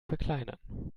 verkleinern